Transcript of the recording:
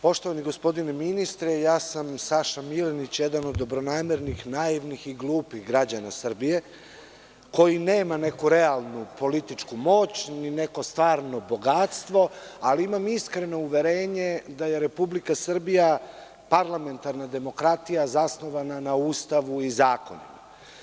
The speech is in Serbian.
Poštovani gospodine ministre, ja sam Saša Milenić, jedan od dobronamernih, naivnih i glupih građana Srbije, koji nema neku realnu političku moć, ni neko stvarno bogatstvo, ali imam iskreno uverenje da je Republika Srbija parlamentarna demokratija zasnova na Ustavu i zakonu.